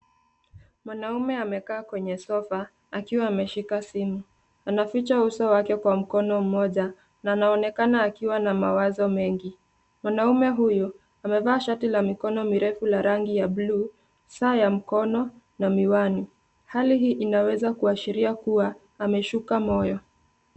Mwanaume amekaa kwenye sofa akiwa ameshika simu. anaficha uso wake kwa mkono mmoja na anaonekana akiwa na mawazo mengi. Mwanaume huyu amevaa shati la mikono mirefu la rangi ya bluu, saa ya mkono na miwani. Hali hii inaweza kuashiria kuwa ameshuka moyo.